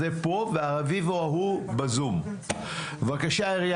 אדוני ראש העיר, בבקשה.